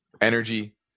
energy